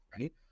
right